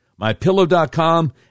MyPillow.com